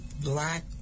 black